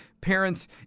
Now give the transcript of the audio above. parents